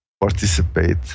participate